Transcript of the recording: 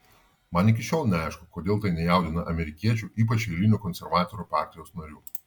man iki šiol neaišku kodėl tai nejaudina amerikiečių ypač eilinių konservatorių partijos narių